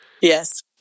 Yes